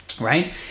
right